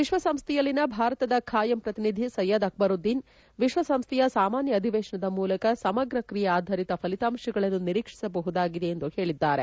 ವಿಶ್ವಸಂಸ್ಥೆಯಲ್ಲಿನ ಭಾರತದ ಬಾಯಂ ಪ್ರತಿನಿಧಿ ಸೈಯದ್ ಅಕ್ಷರುದ್ದೀನ್ ವಿಶ್ವಸಂಸ್ಥೆಯ ಸಾಮಾನ್ಯ ಅಧಿವೇಶನದ ಮೂಲಕ ಸಮಗ್ರ ಕ್ರಿಯೆ ಅಧರಿತ ಫಲಿತಾಂಶಗಳನ್ನು ನಿರೀಕ್ಷಿಸಬಹುದಾಗಿದೆ ಎಂದು ಹೇಳಿದ್ದಾರೆ